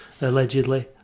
allegedly